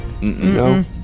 No